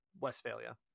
Westphalia